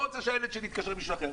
לא רוצה שהילד שלי יתקשר למישהו אחר.